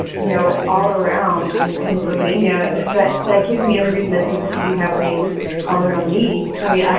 you know, all around in pennsylvania, that that gives me every reason to think this could be happening all around me. i mean,